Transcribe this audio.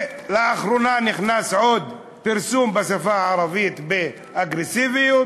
לאחרונה נכנס עוד פרסום בשפה הערבית באגרסיביות,